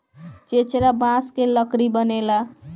चेचरा बांस के लकड़ी बनेला